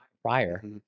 Prior